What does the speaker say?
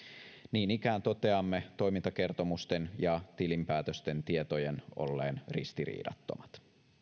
niin ikään toteamme toimintakertomusten ja tilinpäätösten tietojen olleen ristiriidattomat